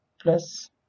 plus